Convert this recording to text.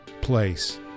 place